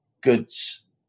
goods